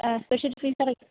ah special fees